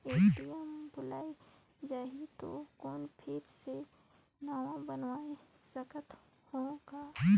ATM भुलाये जाही तो कौन फिर से नवा बनवाय सकत हो का?